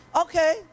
Okay